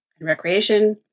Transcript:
recreation